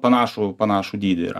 panašų panašų dydį yra